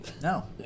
No